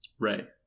Right